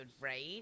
right